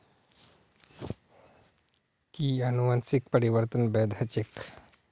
कि अनुवंशिक परिवर्तन वैध ह छेक